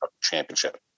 championship